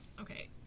Okay